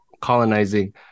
colonizing